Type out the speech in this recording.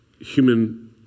human